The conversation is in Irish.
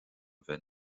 bheith